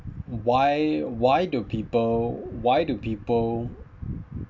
why why do people why do people